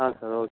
ಹಾಂ sir okay